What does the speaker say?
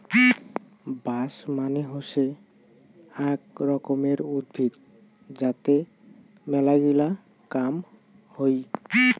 বাঁশ মানে হসে আক রকমের উদ্ভিদ যাতে মেলাগিলা কাম হই